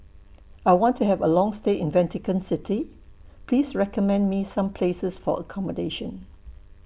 I want to Have A Long stay in Vatican City Please recommend Me Some Places For accommodation